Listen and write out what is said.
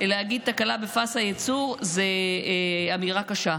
שלהגיד "תקלה בפס הייצור" זו אמירה קשה.